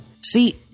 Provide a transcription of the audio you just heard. See